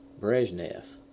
Brezhnev